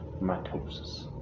Mitosis